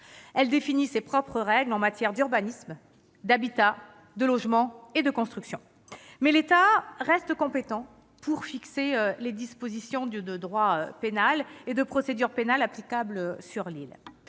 définit ses propres règles en matière d'urbanisme, d'habitat, de logement et de construction. Mais l'État reste compétent pour fixer les dispositions de droit pénal et de procédure pénale applicables sur l'île.